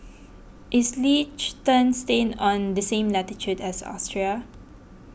is Liechtenstein on the same latitude as Austria